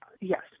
yes